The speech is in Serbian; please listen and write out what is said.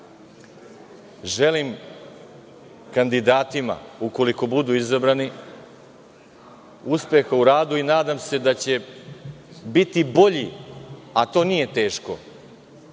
želim kandidatima, ukoliko budu izabrani, uspeha u radu i nadam se da će biti bolji, a to nije teško,